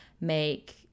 make